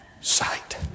sight